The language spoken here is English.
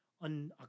On